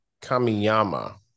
Kamiyama